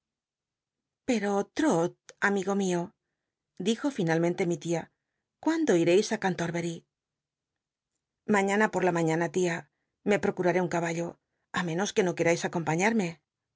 pero l'rot amigo mio dijo finalmente mi tia cuándo ireis á cantorbery mañana por la mañana tia me procuraré un caballo a menos que no querais acompañarme